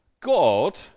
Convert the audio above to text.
God